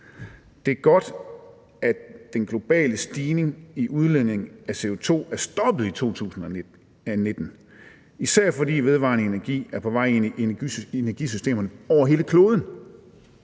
Det er godt, at den globale stigning i udledning af CO2 er stoppet i 2019, især fordi vedvarende energi er på vej ind i energisystemerne over hele kloden.